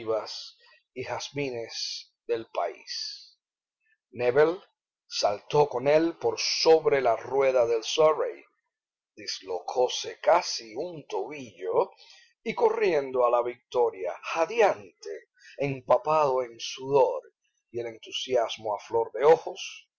y jazmines del país nébel saltó con él por sobre la rueda del surrey dislocóse casi un tobillo y corriendo a la victoria jadeante empapado en sudor y el entusiasmo a flor de ojos